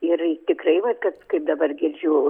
ir tikrai va kad kaip dabar girdžiu